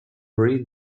read